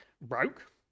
Broke